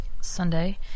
Sunday